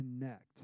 connect